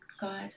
God